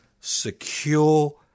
secure